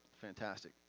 Fantastic